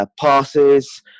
passes